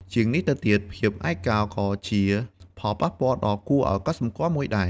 ជាងនេះទៅទៀត ភាពឯកោ ក៏ជាផលប៉ះពាល់ដ៏គួរឲ្យកត់សម្គាល់មួយដែរ។